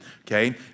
okay